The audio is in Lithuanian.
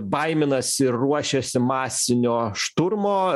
baiminasi ruošiasi masinio šturmo